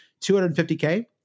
250k